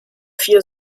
vier